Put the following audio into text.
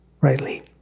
rightly